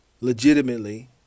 legitimately